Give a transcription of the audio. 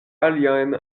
aliajn